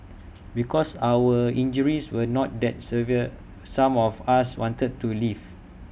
because our injuries were not that severe some of us wanted to leave